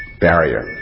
barrier